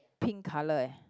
pink colour eh